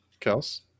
Kels